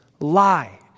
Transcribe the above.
lie